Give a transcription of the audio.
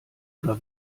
oder